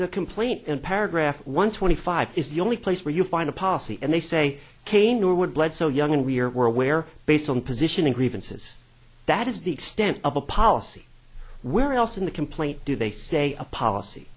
the complaint and paragraph one twenty five is the only place where you find a policy and they say kane norwood blood so young we are aware based on positioning grievances that is the extent of a policy where else in the complaint do they say a policy